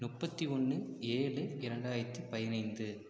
முப்பத்தி ஒன்று ஏழு இரண்டாயிரத்தி பதினைந்து